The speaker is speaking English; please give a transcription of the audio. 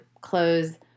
clothes